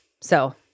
So-